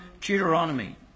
Deuteronomy